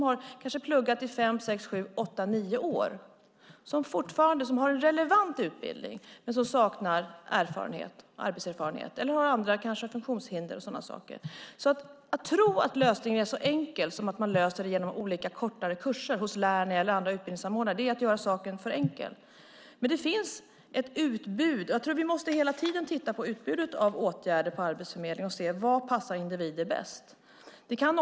De kan ha pluggat i fem, sex, sju, åtta eller nio år. De har en relevant utbildning men saknar arbetslivserfarenhet eller har funktionshinder eller något annat. Att tro att lösningen är så enkel som genom att gå kortare kurser hos Lernia eller andra utbildningsanordnare är att göra saken för enkel. Det finns ett utbud. Vi måste hela tiden titta på utbudet av åtgärder på Arbetsförmedlingen och se vad som passar individer bäst.